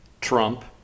Trump